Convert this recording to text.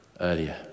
earlier